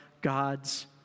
God's